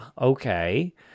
okay